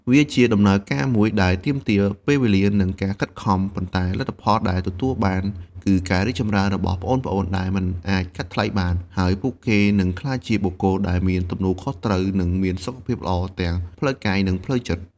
វាជាដំណើរការមួយដែលទាមទារពេលវេលា និងការខិតខំ ប៉ុន្តែលទ្ធផលដែលទទួលបានគឺការរីកចម្រើនរបស់ប្អូនៗដែលមិនអាចកាត់ថ្លៃបាន ហើយពួកគេនឹងក្លាយជាបុគ្គលដែលមានទំនួលខុសត្រូវ និងមានសុខភាពល្អទាំងផ្លូវកាយ និងផ្លូវចិត្ត។